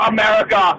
America